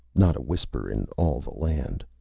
not a whisper, in all the land.